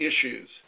issues